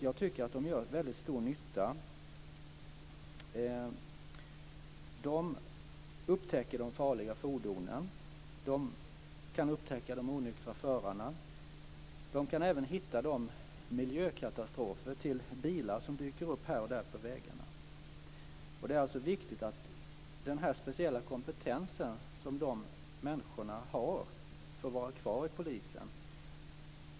Jag tycker att de gör väldigt stor nytta. De upptäcker de farliga fordonen. De kan upptäcka de onyktra förarna. De kan även hitta de miljökatastrofer till bilar som dyker upp här och där på vägarna. Det är alltså viktigt att den speciella kompetens som dessa människor har får vara kvar inom polisen.